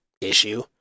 issue